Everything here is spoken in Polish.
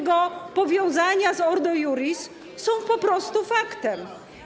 Jego powiązania z Ordo Iuris są po prostu faktem.